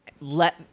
Let